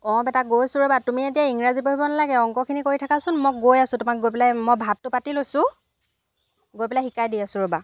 অ' বেটা গৈছোঁ ৰ'বা তুমি এতিয়া ইংৰাজী পঢ়িব নালাগে অংকখিনি কৰি থাকাচোন মই গৈ আছো তোমাক গৈ পেলাই মই ভাতটো পাতি লৈছো গৈ পেলাই শিকাই দি আছো ৰ'বা